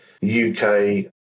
UK